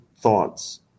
thoughts